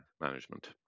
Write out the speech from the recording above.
management